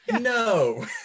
No